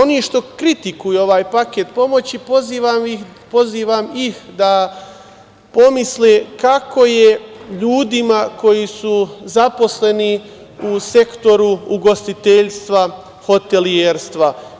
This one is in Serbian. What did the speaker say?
Oni što kritikuju ovaj paket pomoći pozivam ih da pomisle kako je ljudima koji su zaposleni u sektoru ugostiteljstva, hotelijerstva.